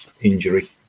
injury